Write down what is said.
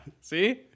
See